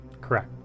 correct